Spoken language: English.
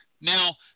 Now